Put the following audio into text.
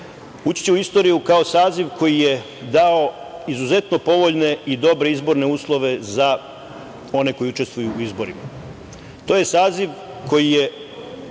ući će u istoriju kao saziv koji je dao izuzetno povoljne i dobre izborne uslove za one koji učestvuju u izborima. To je saziv koji je